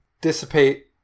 dissipate